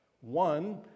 One